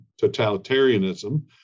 totalitarianism